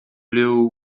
blew